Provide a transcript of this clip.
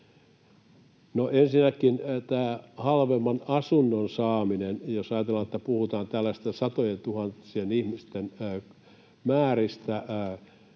Ensinnäkin tämä halvemman asunnon saaminen: Jos ajatellaan, että puhutaan tällaisista satojentuhansien ihmisten määristä